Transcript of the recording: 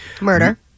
murder